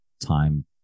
time